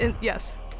yes